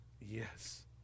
Yes